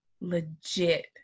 Legit